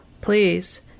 please